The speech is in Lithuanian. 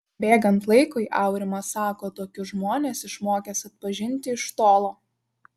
bėgant laikui aurimas sako tokius žmones išmokęs atpažinti iš tolo